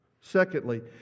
Secondly